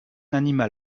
animal